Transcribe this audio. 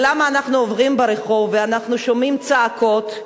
ולמה אנחנו עוברים ברחוב ואנחנו שומעים צעקות,